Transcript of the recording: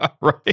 right